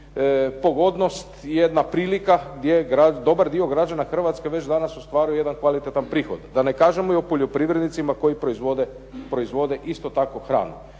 pogodnost, jedna prilika gdje je grad, dobar dio građana Hrvatske već danas ostvaruje jedan kvalitetan prihod, da ne kažemo i o poljoprivrednicima koji proizvode isto tako hranu.